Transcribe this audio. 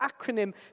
acronym